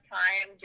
time